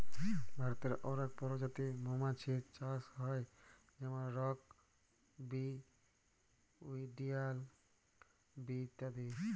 ভারতে অলেক পজাতির মমাছির চাষ হ্যয় যেমল রক বি, ইলডিয়াল বি ইত্যাদি